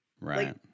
Right